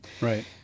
right